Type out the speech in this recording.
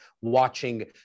watching